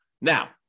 Now